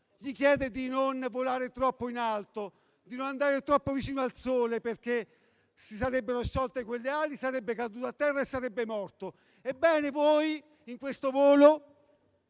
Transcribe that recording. gli chiede di non volare troppo in alto e di non andare troppo vicino al sole, perché si sarebbero sciolte quelle ali, sarebbe caduto a terra e sarebbe morto. Ebbene, voi in questo volo